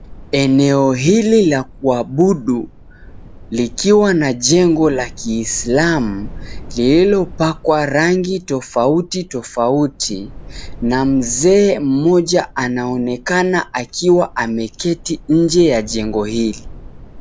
Eneo hili la kuabudu likiwa na jengo la kiislamu, lililopakwa rangi tofauti tofauti na mzee mmoja anaonekana akiwa ameketi nje ya jengo hili.